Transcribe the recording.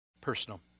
Personal